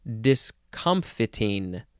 discomfiting